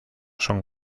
son